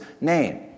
name